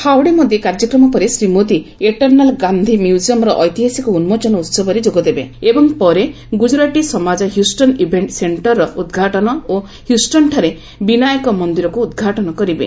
howdy Modi କାର୍ଯ୍ୟକ୍ରମ ପରେ Shri Modi eternal Gandhi ମ୍ୟୁଜିୟମର ଐତିହାସିକ ଉନ୍ମୋଚନ ଉହବରେ ଯୋଗଦେବେ ଏବଂ ପରେ ଗ୍ରଜ୍ରରାଟୀ ସମାଜ ହ୍ୟୁଷ୍ଟନ ଇଭେଣ୍ଟ ସେଣ୍ଟରର ଉଦ୍ଘାଟନ ଓ ହ୍ୟୁଷ୍ଟନଠାରେ ବିନାୟକ ମନ୍ଦିରକୁ ଉଦ୍ଘାଟନ କରିବେ